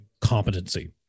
competency